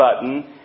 button